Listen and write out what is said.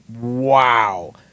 Wow